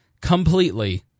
completely